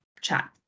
chat